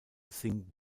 sing